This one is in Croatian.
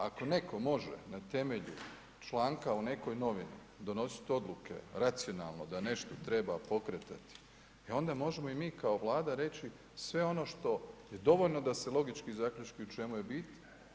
Ako neko može na temelju članka u nekoj novini donositi odluke racionalno da nešto treba pokretati, e onda možemo i mi kao Vlada reći sve ono što je dovoljno da se logički zaključi u čemu je bit smo dostavili.